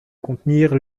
contenir